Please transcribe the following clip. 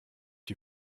die